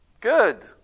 Good